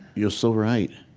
you're so right.